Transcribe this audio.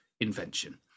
invention